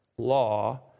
Law